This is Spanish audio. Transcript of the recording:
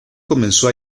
comenzó